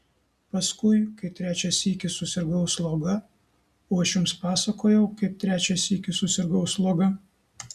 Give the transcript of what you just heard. paskui kai trečią sykį susirgau sloga o aš jums pasakojau kaip trečią sykį susirgau sloga